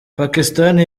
pakistani